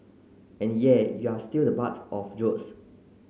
and yep you are still the butt of jokes